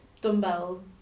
dumbbell